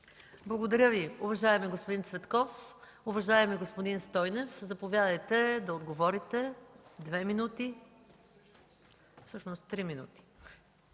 Благодаря Ви, уважаеми господин Цветков. Уважаеми господин Стойнев, заповядайте да отговорите в рамките на 3 минути.